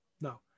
no